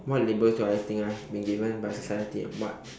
what labels do I think I've been given by society and what